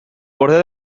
ordre